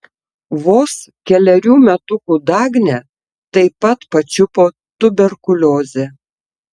vos kelerių metukų dagnę taip pat pačiupo tuberkuliozė